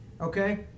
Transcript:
okay